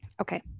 okay